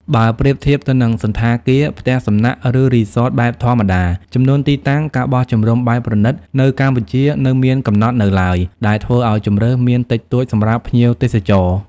បើប្រៀបធៀបទៅនឹងសណ្ឋាគារ ផ្ទះសំណាក់ ឬរីស៊តបែបធម្មតា ចំនួនទីតាំង ការបោះជំរំបែបប្រណីត នៅកម្ពុជានៅមានកំណត់នៅឡើយ ដែលធ្វើឲ្យជម្រើសមានតិចតួចសម្រាប់ភ្ញៀវទេសចរ។